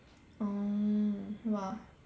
oh !wah!